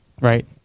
right